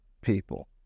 people